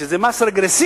שזה מס רגרסיבי,